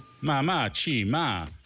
Ma-ma-chi-ma